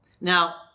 Now